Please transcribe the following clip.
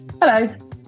Hello